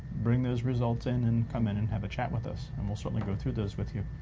bring those results in and come in and have a chat with us, and we'll certainly go through those with you,